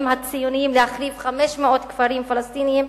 הציוניים להחריב 500 כפרים פלסטיניים.